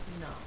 No